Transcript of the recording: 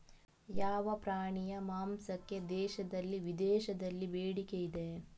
ಯಾವ ಪ್ರಾಣಿಯ ಮಾಂಸಕ್ಕೆ ದೇಶದಲ್ಲಿ ವಿದೇಶದಲ್ಲಿ ಬೇಡಿಕೆ ಇದೆ?